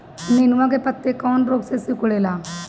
नेनुआ के पत्ते कौने रोग से सिकुड़ता?